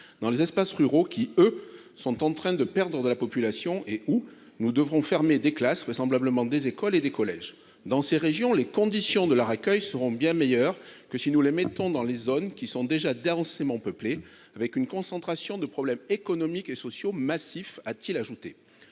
dans les espaces ruraux, qui eux sont en train de perdre de la population et où nous devrons fermer des classes, vraisemblablement des écoles et des collèges dans ces régions, les conditions de leur accueil seront bien meilleures que si nous les mettons dans les zones qui sont déjà densément peuplées, avec une concentration de problèmes économiques et sociaux massifs, a-t-il ajouté,